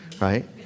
Right